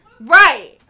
Right